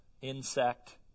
insect